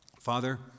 Father